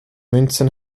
münzen